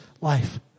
life